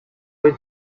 үед